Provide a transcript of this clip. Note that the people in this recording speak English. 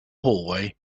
hallway